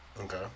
Okay